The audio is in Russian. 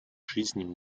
жизнь